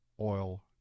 oil